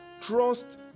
Trust